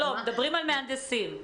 מדברים על מהנדסים.